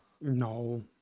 No